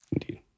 Indeed